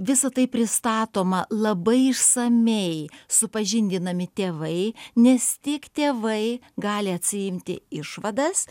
visa tai pristatoma labai išsamiai supažindinami tėvai nes tik tėvai gali atsiimti išvadas